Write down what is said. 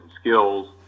skills